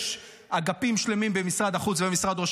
יש אגפים שלמים במשרד החוץ ובמשרד ראש